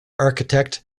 architect